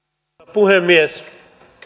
puhemies